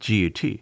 GUT